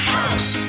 House